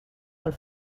del